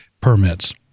permits